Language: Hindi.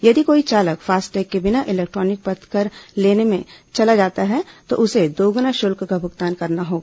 यदि कोई चालक फास्टैग के बिना इलेक्ट्रॉनिक पथकर लेन में चला जाता है तो उसे दोगुने शुल्क का भुगतान करना होगा